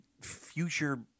future